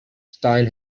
stein